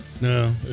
No